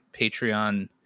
Patreon